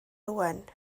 owen